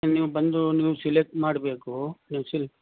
ಇನ್ನು ನೀವು ಬಂದು ನೀವು ಸಿಲೆಕ್ಟ್ ಮಾಡಬೇಕು ನೀವು ಸೆಲೆ